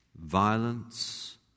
violence